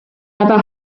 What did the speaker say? never